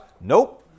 Nope